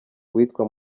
uwitwa